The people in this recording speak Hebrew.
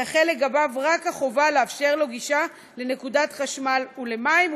תחול לגביו רק החובה לאפשר לו גישה לנקודת חשמל ולמים,